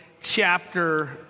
chapter